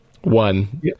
One